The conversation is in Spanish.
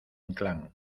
inclán